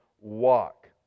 walk